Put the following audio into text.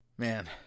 Man